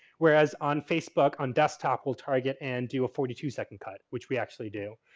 where as on facebook on desktop will target and do a forty two second cut, which we actually do.